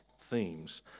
themes